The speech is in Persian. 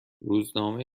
روزنامه